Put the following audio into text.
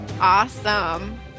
Awesome